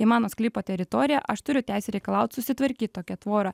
į mano sklypo teritoriją aš turiu teisę reikalaut susitvarkyt tokią tvorą